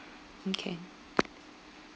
mm K